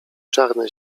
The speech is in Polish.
czarne